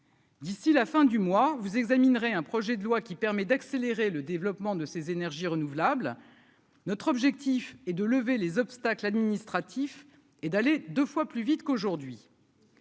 D'ici la fin du mois vous examinerait un projet de loi qui permet d'accélérer le développement de ces énergies renouvelables, notre objectif est de lever les obstacles administratifs et d'aller 2 fois plus vite qu'aujourd'hui.